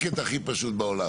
באמת כלום.